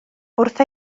wrth